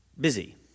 busy